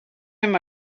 him